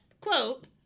quote